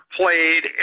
played